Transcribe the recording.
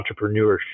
entrepreneurship